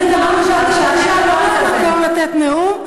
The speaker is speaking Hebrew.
חברת הכנסת תמנו-שטה, בבקשה לא לתת נאום מהמקום.